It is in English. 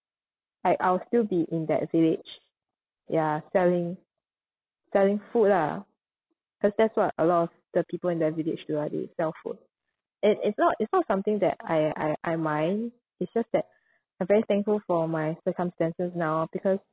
like I'll still be in that village ya selling selling food lah cause that's what a lot of the people in their village do ah they sell food it it's not it's not something that I I I mind it's just that I'm very thankful for my circumstances now because